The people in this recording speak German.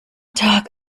tag